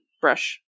brush